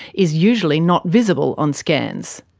is usually not visible on scans.